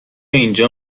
اینجا